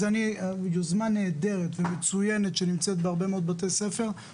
זו יוזמה נהדרת ומצויינת שנמצאת בהרבה מאוד בתי ספר.